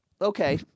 okay